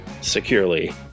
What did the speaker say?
securely